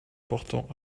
portant